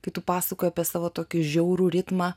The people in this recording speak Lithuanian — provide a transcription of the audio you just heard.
kai tu pasakoji apie savo tokį žiaurų ritmą